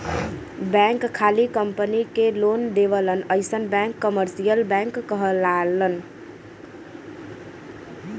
bank खाली company के loan देवलन अइसन बैंक कमर्सियल बैंक कहलालन